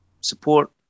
Support